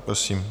Prosím.